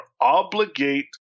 obligate